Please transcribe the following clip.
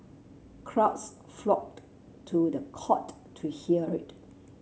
crowds flocked to the court to hear it